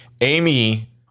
Amy